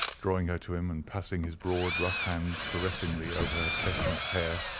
drawing her to him, and passing his broad, rough hand caressingly over her chestnut hair.